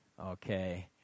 Okay